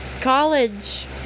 college